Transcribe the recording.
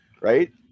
right